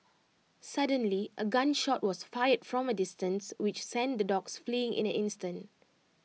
suddenly A gun shot was fired from A distance which sent the dogs fleeing in an instant